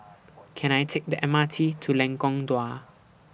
Can I Take The M R T to Lengkong Dua